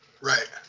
Right